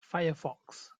firefox